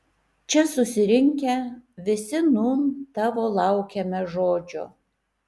čia susirinkę visi nūn tavo laukiame žodžio